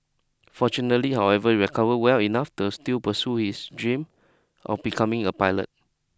fortunately however he recovered well enough to still pursue his dream of becoming a pilot